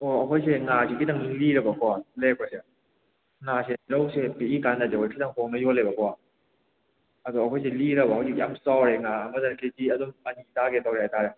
ꯑꯣ ꯑꯩꯈꯣꯏꯁꯦ ꯉꯥꯁꯦ ꯈꯤꯇꯪ ꯂꯤꯔꯕꯀꯣ ꯂꯩꯔꯛꯄꯁꯦ ꯉꯥꯁꯦ ꯔꯧꯁꯦ ꯄꯤꯛꯏ ꯀꯥꯟꯗꯗꯤ ꯑꯩꯈꯣꯏ ꯈꯤꯇꯪ ꯍꯣꯡꯅ ꯌꯣꯜꯂꯦꯕꯀꯣ ꯑꯗꯣ ꯑꯩꯈꯣꯏꯁꯦ ꯂꯤꯔꯕ ꯍꯧꯖꯤꯛꯁꯦ ꯌꯥꯝ ꯆꯥꯎꯔꯦ ꯉꯥ ꯑꯃꯗ ꯀꯦꯖꯤ ꯑꯗꯨꯝ ꯃꯔꯤ ꯇꯥꯒꯦ ꯇꯧꯔꯦ ꯍꯥꯏꯇꯥꯔꯦ